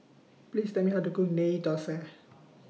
Please Tell Me How to Cook Ghee Thosai